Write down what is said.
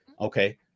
Okay